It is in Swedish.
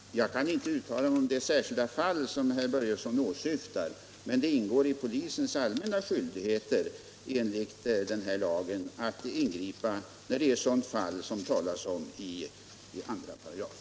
Herr talman! Jag kan inte uttala mig om det särskilda fall som herr Börjesson i Falköping åsyftar, men det ingår i polisens allmänna skyldigheter enligt LTO-lagen att ingripa i ett sådant fall som tas upp i 2 §.